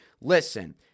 Listen